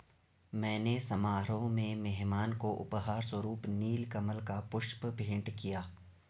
मैंने समारोह में मेहमान को उपहार स्वरुप नील कमल का पुष्प भेंट किया